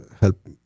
help